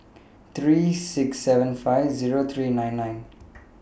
three six seven five Zero three nine nine